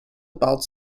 about